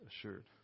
assured